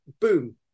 boom